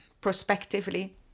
prospectively